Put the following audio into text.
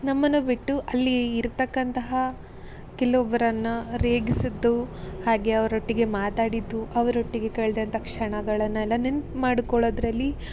ನಮ್ಮನ್ನು ಬಿಟ್ಟು ಅಲ್ಲಿ ಇರತಕ್ಕಂತಹ ಕೆಲವೊಬ್ಬರನ್ನ ರೇಗಿಸಿದ್ದು ಹಾಗೇ ಅವರೊಟ್ಟಿಗೆ ಮಾತಾಡಿದ್ದು ಅವರೊಟ್ಟಿಗೆ ಕಳೆದಂಥ ಕ್ಷಣಗಳನ್ನೆಲ್ಲ ನೆನಪ್ಮಾಡ್ಕೊಳೋದ್ರಲ್ಲಿ